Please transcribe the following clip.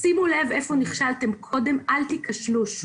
שימו לב איפה נכשלתם קודם ואל תיכשלו שוב.